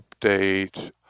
update